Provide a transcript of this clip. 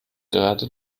gerade